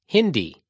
Hindi